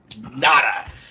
nada